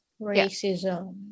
Racism